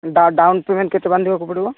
ଡା down payment କେତେ ବାନ୍ଧିବାକୁ ପଡ଼ିବ